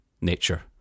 nature